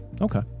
Okay